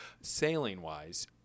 sailing-wise